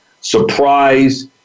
surprise